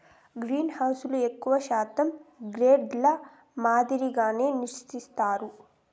గ్రీన్హౌస్లను ఎక్కువ శాతం షెడ్ ల మాదిరిగానే నిర్మిత్తారు